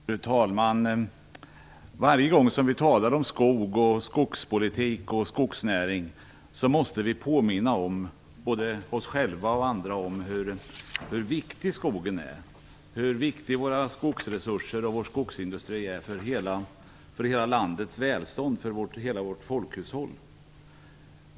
Fru talman! Varje gång vi talar om skog, skogspolitik och skogsnäring måste vi påminna både oss själva och andra om hur viktig skogen, våra skogsresurser och vår skogsindustri, är för hela landets välstånd och för hela vårt folkhushåll.